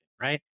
right